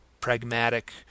pragmatic